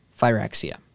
Phyraxia